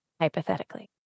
hypothetically